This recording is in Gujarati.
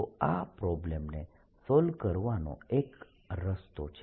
તો આ પ્રોબ્લમને સોલ્વ કરવાનો એક રસ્તો છે